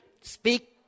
Speak